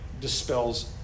dispels